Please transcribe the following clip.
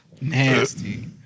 nasty